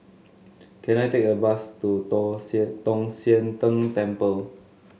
can I take a bus to Tall Sian Tong Sian Tng Temple